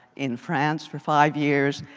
in france, for five years,